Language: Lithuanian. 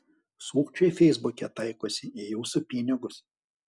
sukčiai feisbuke taikosi į jūsų pinigus